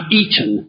eaten